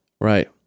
Right